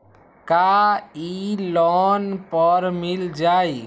का इ लोन पर मिल जाइ?